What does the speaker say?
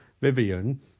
Vivian